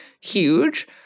huge